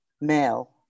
male